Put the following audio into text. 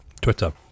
Twitter